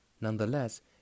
Nonetheless